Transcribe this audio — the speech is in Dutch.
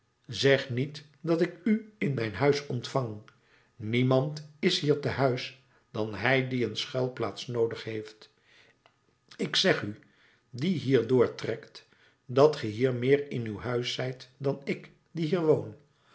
zeg niet dat ik u in mijn huis ontvang niemand is hier te huis dan hij die een schuilplaats noodig heeft ik zeg u die hier doortrekt dat ge hier meer in uw huis zijt dan ik die